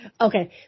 Okay